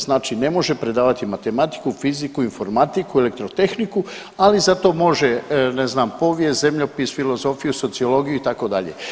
Znači ne može predavati matematiku, fiziku, informatiku, elektrotehniku, ali zato može ne znam povijest, zemljopis, filozofiju, sociologiju itd.